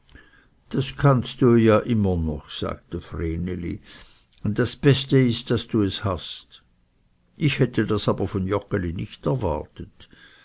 das kannst du ja immer noch sagte vreneli das beste ist daß du es hast ich hätte das aber von joggeli nicht erwartet